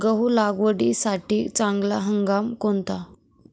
गहू लागवडीसाठी चांगला हंगाम कोणता?